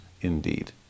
indeed